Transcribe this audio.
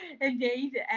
indeed